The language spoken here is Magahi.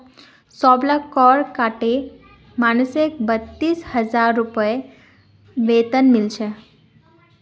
सबला कर काटे मानसक बत्तीस हजार रूपए वेतन मिल छेक